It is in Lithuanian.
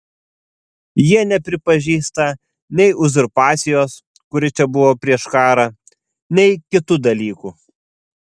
jie nepripažįsta nei uzurpacijos kuri čia buvo prieš karą nei kitų dalykų